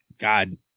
God